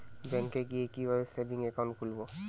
ব্যাঙ্কে গিয়ে কিভাবে সেভিংস একাউন্ট খুলব?